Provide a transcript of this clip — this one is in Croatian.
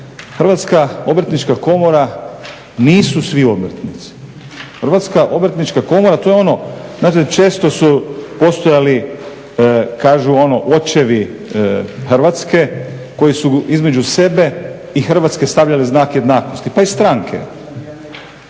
Hrvatska obrtnička komora nisu svi obrtnici. Hrvatska obrtnička komora to je ono, znate često su postojali, kažu ono očevi Hrvatske koji su između sebe i Hrvatske stavljali znak jednakosti, pa i stranke.